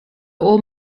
old